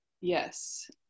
yes